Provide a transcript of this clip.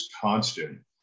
constant